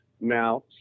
Now